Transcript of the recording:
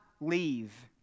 leave